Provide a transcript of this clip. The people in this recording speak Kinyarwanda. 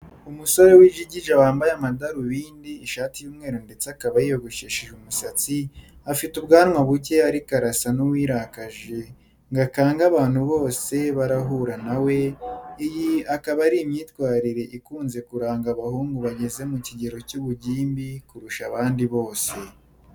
Umusore w'ijigija wambaye amadarubindi, ishati y'umweru ndetse akaba yiyogoshesheje umusatsi, afite ubwanwa buke ariko arasa n'uwirakaje ngo akange abantu bose barahura na we, iyi ikaba ari imyitwarire ikunze kuranga abahungu bageze mu kigero cy'ubugimbi kurusha abandi bose.